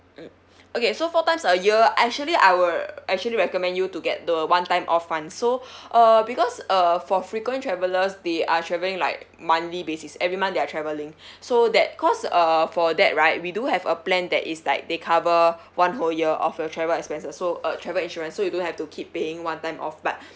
okay so four times a year I actually I will actually recommend you to get the one time off one so uh because uh for frequent travelers they are travelling like monthly basis every month they are travelling so that cause uh for that right we do have a plan that is like they cover one whole year of your travel expenses so uh travel insurance so you don't have to keep paying one time off but